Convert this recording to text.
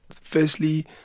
firstly